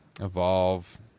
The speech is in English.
Evolve